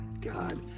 God